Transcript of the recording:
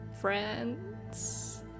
friends